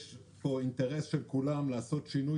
יש פה אינטרס של כולם לעשות שינוי